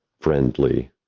friendly,